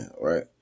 right